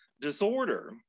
disorder